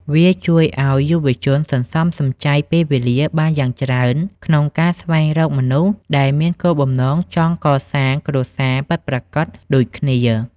វាជួយឱ្យយុវវ័យសន្សំសំចៃពេលវេលាបានយ៉ាងច្រើន ក្នុងការស្វែងរកមនុស្សដែលមានគោលបំណងចង់កសាងគ្រួសារពិតប្រាកដដូចគ្នា។